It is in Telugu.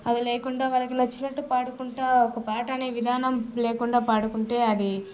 అది లేకుండా వాళ్లకి నచ్చినట్టు పాడుకుంట ఒక పాట అనే విధానం లేకుండా పాడుకుంటే అది